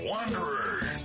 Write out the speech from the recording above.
Wanderers